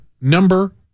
number